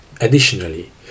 Additionally